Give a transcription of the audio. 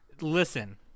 Listen